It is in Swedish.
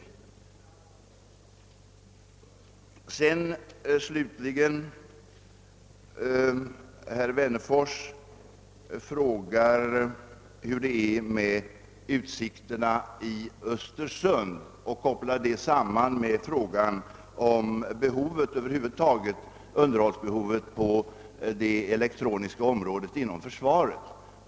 Herr Wennerfors frågar slutligen om utsikterna i Östersund och kopplar samman dem med underhållsbehovet över huvud taget på det elektroniska området inom försvaret.